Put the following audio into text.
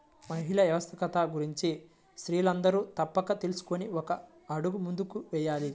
మహిళా వ్యవస్థాపకత గురించి స్త్రీలందరూ తప్పక తెలుసుకొని ఒక అడుగు ముందుకు వేయాలి